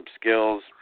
skills